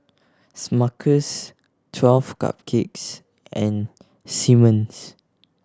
Smuckers Twelve Cupcakes and Simmons